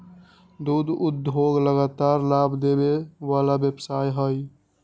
दुध उद्योग लगातार लाभ देबे वला व्यवसाय हइ